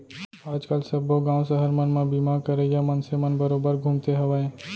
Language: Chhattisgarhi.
आज काल सब्बो गॉंव सहर मन म बीमा करइया मनसे मन बरोबर घूमते हवयँ